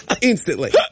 Instantly